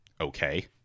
okay